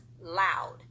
loud